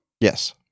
Yes